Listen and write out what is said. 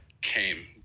came